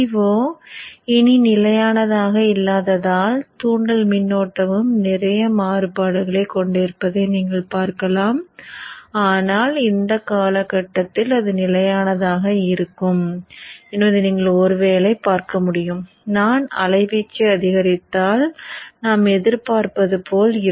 Vo இனி நிலையானதாக இல்லாததால் தூண்டல் மின்னோட்டமும் நிறைய மாறுபாடுகளைக் கொண்டிருப்பதை நீங்கள் பார்க்கலாம் ஆனால் இந்த காலக்கட்டத்தில் அது நிலையானதாக இருக்கும் என்பதை நீங்கள் ஒருவேளை காணலாம் நான் அலைவீச்சை அதிகரித்தால் நாம் எதிர்பார்ப்பது போல் இருக்கும்